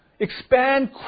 expand